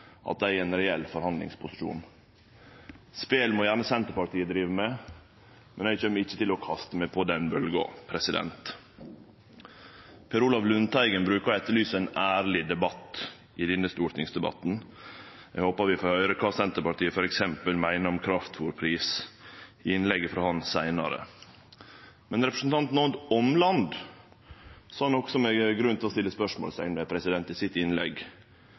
at dei er i ein reell forhandlingsposisjon. Spel må gjerne Senterpartiet drive med, men eg kjem ikkje til å kaste meg på den bølgja. Per Olaf Lundteigen bruker å etterlyse ein ærleg debatt i denne stortingsdebatten. Eg håper vi får høyre kva Senterpartiet f.eks. meiner om kraftfôrpris, i innlegget frå han seinare. Representanten Odd Omland sa noko det er grunn til å setje spørsmålsteikn ved, i innlegget sitt,